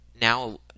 now